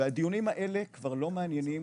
והדיונים האלה כבר לא מעניינים,